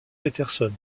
peterson